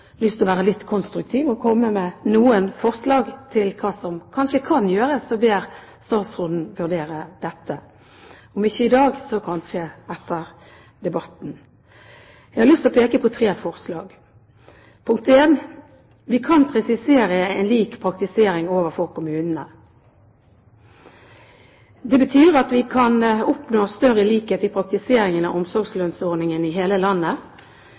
lyst til å være litt konstruktiv og komme med noen forslag til hva som kanskje kan gjøres, og ber statsråden vurdere dette – om ikke i dag, så kanskje etter debatten. Jeg har lyst til å peke på tre forslag: Det første er at vi må presisere lik praktisering overfor kommunene. Det betyr at for å oppnå større likhet i praktiseringen av omsorgslønnsordningen i hele landet